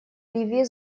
ливии